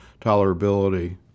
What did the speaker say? tolerability